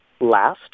last